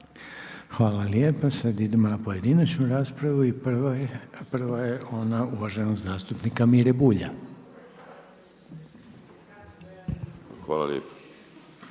Hvala lijepo. Sad idemo na pojedinačnu raspravu i prva je ona uvaženog zastupnika Mire Bulja. **Bulj,